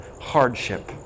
hardship